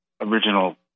original